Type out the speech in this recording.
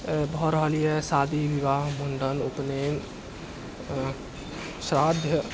भऽ रहल अइ शादी विवाह मुण्डन ऊपनयन श्राद्ध